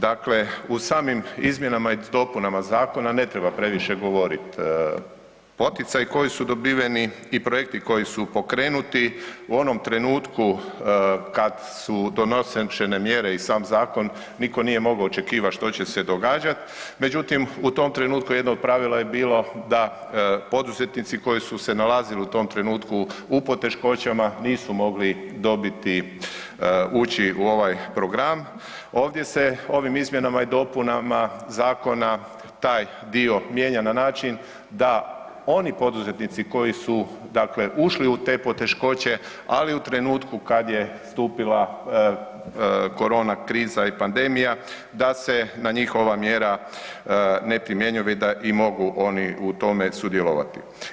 Dakle, u samim izmjenama i dopunama zakona, ne treba previše govorit, poticaji koji su dobiveni i projekti su pokrenuti, u onom trenutku kad su donošene mjere i sam zakon, nitko nije mogao očekivat što će se događati međutim u tom trenutku jedno od pravila je bilo da poduzetnici koji su se nalazili u tom trenutku u poteškoćama, nisu mogli dobiti ući u ovaj program, ovdje se ovim izmjenama i dopunama zakona taj dio mijenja na način da oni poduzetnici koji su dakle ušli u te poteškoće ali u trenutku kad je nastupila korona kriza pandemija da se na njih ova mjera ne primjenjuje već da mogu i oni u tome sudjelovati.